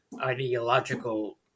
ideological